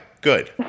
good